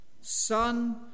Son